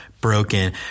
broken